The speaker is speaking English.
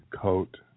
coat